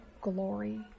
glory